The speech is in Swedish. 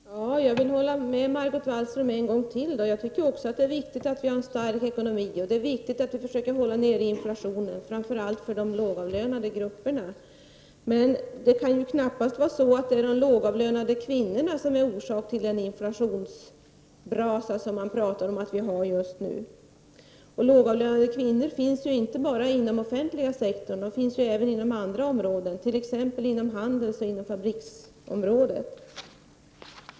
Herr talman! Jag vill hålla med Margot Wallström en gång till. Även jag tycker att det är viktigt att vi har en stark ekonomi, och det är viktigt att vi försöker hålla nere inflationen, framför allt med tanke på de lågavlönade grupperna. Det kan däremot knappast vara de lågavlönade kvinnorna som är orsak till den inflationsbrasa som man talar om att vi har just nu. Lågavlönade kvinnor finns inte bara inom den offentliga sektorn. De finns även inom andra områden, t.ex. inom handelsoch fabriksområdet.